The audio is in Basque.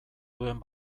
duen